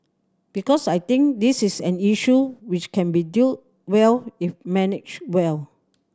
because I think this is an issue which can be dealt well if managed well